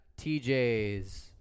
TJs